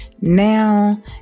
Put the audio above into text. Now